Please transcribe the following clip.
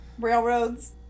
Railroads